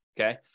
Okay